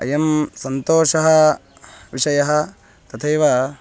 अयं सन्तोषः विषयः तथैव